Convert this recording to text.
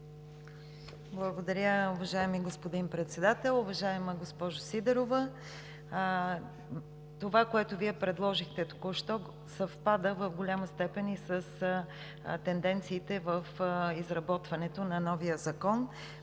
Благодаря, уважаеми господин Председател. Уважаема госпожо Сидорова, това, което Вие предложихте току-що, съвпада в голяма степен и с тенденциите в изработването на новия закон.